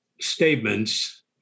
statements